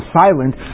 silent